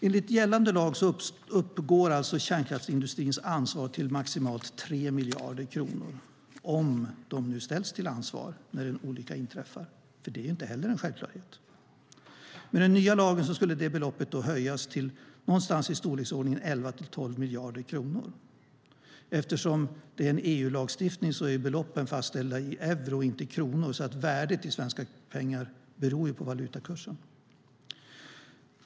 Enligt gällande lag uppgår kärnkraftsindustrins ansvar till maximalt 3 miljarder kronor - om den nu ställs till ansvar när en olycka inträffar. Det är inte heller en självklarhet. Med den nya lagen skulle beloppet höjas till storleksordningen 11-12 miljarder kronor. Eftersom det är en EU-lagstiftning är beloppen fastställda i euro, inte kronor. Värdet i svenska pengar beror ju på valutakursen.